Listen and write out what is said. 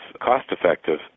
cost-effective